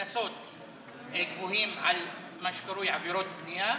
קנסות גבוהים על מה שקרוי עבירות בנייה,